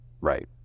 Right